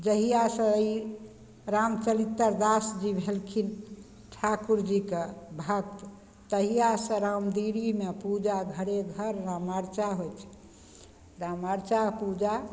जहियासँ ई रामचरित्र दास जी भेलखिन ठाकुर जीके भक्त तहियासँ रामदीरीमे पूजा घरे घर रामर्चा होइ छै रामर्चा पूजा